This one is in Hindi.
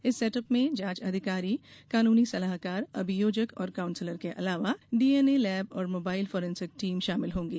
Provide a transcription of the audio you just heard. इस सेट अप में जाँच अधिकारी कानूनी सलाहकार अभियोजक और काउंसलर के अलावा डीएनए लेब और मोबाइल फोरेंसिक टीम शामिल होंगे